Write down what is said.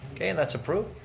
okay, and that's approved.